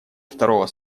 второго